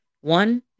one